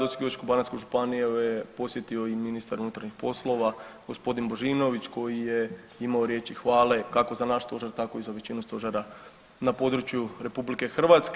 Osječko-baranjske županije je posjetio i ministar unutarnjih poslova g. Božinović koji je imao riječi hvale kako za naš stožer tako i za većinu stožera na području RH.